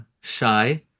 shy